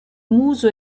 muso